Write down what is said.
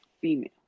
female